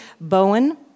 Bowen